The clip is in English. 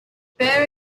fair